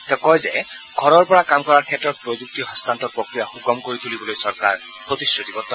তেওঁ কয় যে ঘৰৰ পৰা কাম কৰাৰ ক্ষেত্ৰত প্ৰযুক্তি হস্তান্তৰ প্ৰক্ৰিয়াক সুগম কৰি তুলিবলৈ চৰকাৰ প্ৰতিশ্ৰুতিবদ্ধ